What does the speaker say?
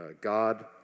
God